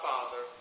Father